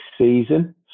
season